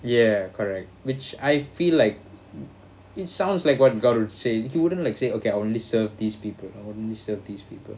ya correct which I feel like i~ it sounds like what god would say he wouldn't like say okay I only serve these people I only serve these people